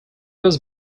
was